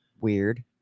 weird